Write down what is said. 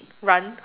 run